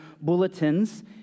bulletins